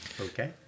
Okay